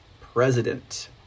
president